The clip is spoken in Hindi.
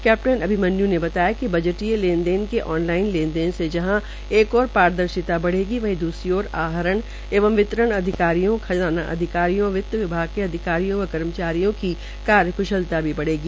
कैप्टन अभिमन्य् ने बताया कि बजटीय लेन देन के ऑन लाइन लेनदेन से जहां एक ओर पारदर्शिता बढ़ेगी वहीं दूसरी ओर आहरण एवं वितरण अधिकारियों खजाना अधिकारियों व वित्त विभाग के अधिकारियों व कर्मचारियों की कार्यक्शलता भी बढ़ेगी